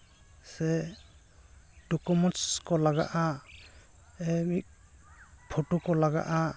ᱥᱮ ᱰᱚᱠᱩᱢᱮᱱᱥ ᱠᱚ ᱞᱟᱜᱟᱜᱼᱟ ᱥᱮ ᱢᱤᱫ ᱯᱷᱳᱴᱳ ᱠᱚ ᱞᱟᱜᱟᱜᱼᱟ